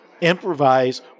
improvise